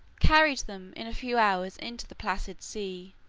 carried them in a few hours into the placid sea,